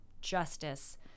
justice